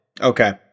Okay